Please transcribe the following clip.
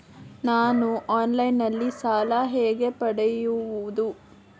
ನಾನು ಆನ್ಲೈನ್ನಲ್ಲಿ ಸಾಲ ಹೇಗೆ ಪಡೆಯುವುದು?